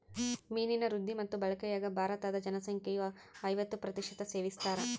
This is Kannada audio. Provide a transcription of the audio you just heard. ಮೀನಿನ ವೃದ್ಧಿ ಮತ್ತು ಬಳಕೆಯಾಗ ಭಾರತೀದ ಜನಸಂಖ್ಯೆಯು ಐವತ್ತು ಪ್ರತಿಶತ ಸೇವಿಸ್ತಾರ